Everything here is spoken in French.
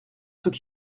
ceux